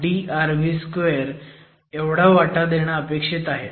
06drv2 एवढा वाटा देणं अपेक्षित आहे